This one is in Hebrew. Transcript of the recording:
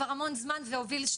הוא כבר יפגע בעצמו ויגיע לבית